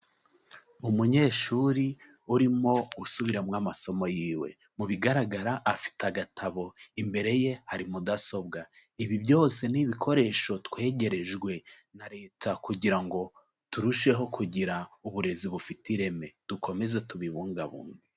Umunyeshuri urimo gusubiramo amasomo yiwe, mu bigaragara afite agatabo imbere ye hari mudasobwa, ibi byose ni ibikoresho twegerejwe na Leta kugira ngo turusheho kugira uburezi bufite ireme, dukomeze tubibungabunge.